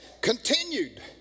continued